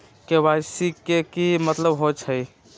KYC के कि मतलब होइछइ?